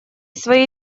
свои